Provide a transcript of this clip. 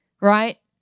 right